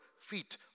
feet